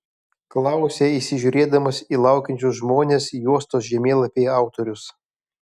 klausia įsižiūrėdamas į laukiančius žmones juostos žemėlapiai autorius